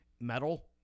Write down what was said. metal